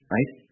Right